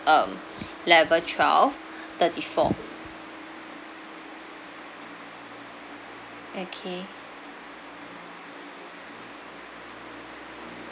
um level twelve thirty four okay